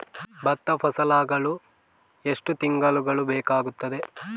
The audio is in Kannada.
ಭತ್ತ ಫಸಲಾಗಳು ಎಷ್ಟು ತಿಂಗಳುಗಳು ಬೇಕಾಗುತ್ತದೆ?